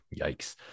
yikes